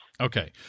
Okay